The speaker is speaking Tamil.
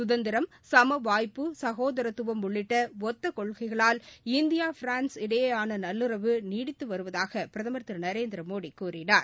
சுதந்திரம் சமவாய்ப்புசகோதரத்துவம் உள்ளிட்டஒத்தக் கொள்கைகளால் இந்தியா பிரான்ஸ் இடையேயானநல்லுறவு நீடித்துவருவதாகபிரதமர் திருநரேந்திரமோடிகூறினார்